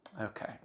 Okay